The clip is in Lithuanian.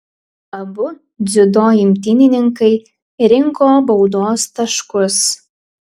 abu dziudo imtynininkai rinko baudos taškus